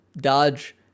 dodge